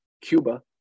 Cuba